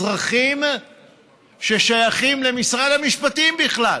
אזרחים ששייכים למשרד המשפטים בכלל.